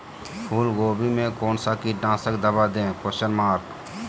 फूलगोभी में कौन सा कीटनाशक दवा दे?